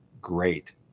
great